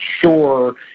sure